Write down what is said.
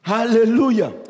Hallelujah